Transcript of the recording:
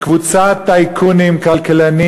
קבוצת טייקונים, כלכלנים,